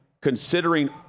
considering